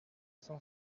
cent